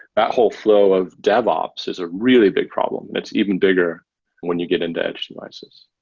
that whole flow of devops is a really big problem. it's even bigger when you get into edge devices.